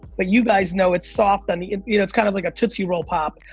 but you guys know it's soft on the inside, you know it's kind of like a tootsie roll pop.